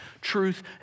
truth